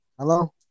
Hello